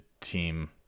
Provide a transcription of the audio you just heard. team